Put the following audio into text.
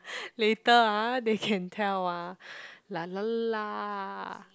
later ah they can tell ah